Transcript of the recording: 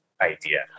idea